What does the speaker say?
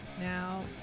Now